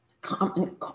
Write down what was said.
common